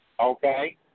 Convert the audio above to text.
Okay